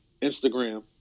Instagram